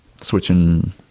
switching